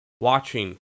watching